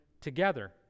together